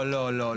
לא, לא, לא.